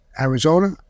Arizona